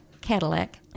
Cadillac